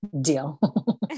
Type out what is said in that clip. deal